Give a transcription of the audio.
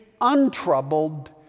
untroubled